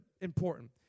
important